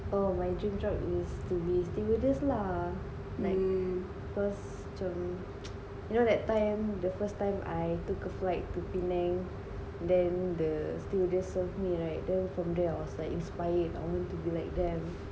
oh my dream job is to be stewardess lah like cause macam you know that time the first time I took a flight to penang then the stewardess served me right then from there I was like inspired I want to be like them